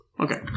Okay